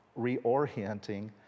reorienting